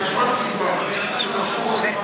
יש עוד סיבה שדחו את מה שאת אומרת,